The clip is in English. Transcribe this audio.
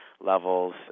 levels